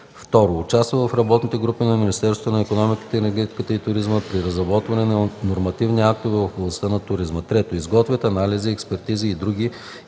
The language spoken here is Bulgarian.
2. участват в работните групи към Министерството на икономиката, енергетиката и туризма при разработване на нормативни актове в областта на туризма; 3. изготвят анализи, експертизи и други